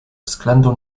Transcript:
względu